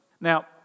Now